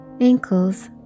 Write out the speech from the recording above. ankles